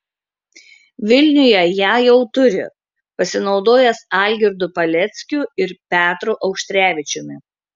vilniuje ją jau turi pasinaudojęs algirdu paleckiu ir petru auštrevičiumi